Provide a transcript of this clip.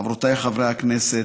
חברותיי, חברי הכנסת,